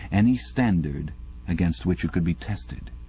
any standard against which it could be tested.